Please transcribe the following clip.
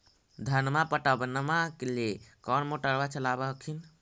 धनमा पटबनमा ले कौन मोटरबा चलाबा हखिन?